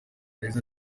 beza